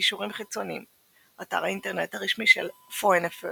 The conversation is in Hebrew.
קישורים חיצוניים אתר האינטרנט הרשמי של Foreign Affairs